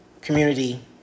community